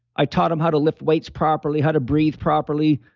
i taught them how to lift weights properly, how to breathe properly,